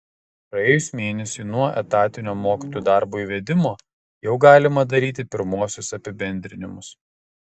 praėjus mėnesiui nuo etatinio mokytojų darbo įvedimo jau galima daryti pirmuosius apibendrinimus